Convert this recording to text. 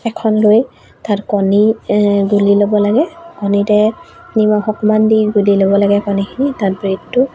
এখন লৈ তাত কণী গুলি ল'ব লাগে কণীতে নিমখ অকণমান দি গুলি ল'ব লাগে কণীখিনি তাত ব্ৰেডটো